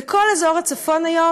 וכל אזור הצפון היום,